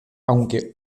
aunque